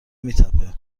میتپه